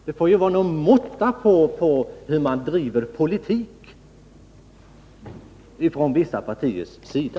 Det får vara någon måtta på hur man driver politik från vissa partiers sida.